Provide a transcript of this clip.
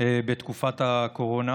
בתקופת הקורונה.